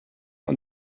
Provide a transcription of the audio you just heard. und